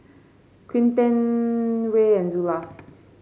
Quinten Rae and Zula